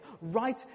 right